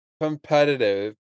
competitive